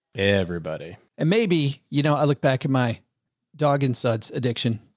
everybody. and maybe, you know, i look back at my dog and suds addiction.